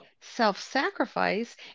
self-sacrifice